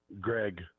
Greg